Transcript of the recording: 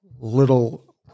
little